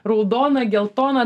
raudona geltona